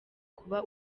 kuba